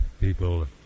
people